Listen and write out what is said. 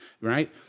right